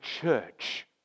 church